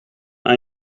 aan